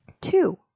Two